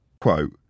quote